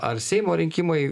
ar seimo rinkimai